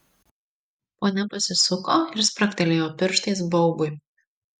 ponia pasisuko ir spragtelėjo pirštais baubui